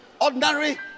ordinary